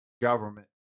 government